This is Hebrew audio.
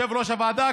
יושב-ראש הוועדה,